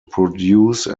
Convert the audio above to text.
produce